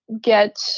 get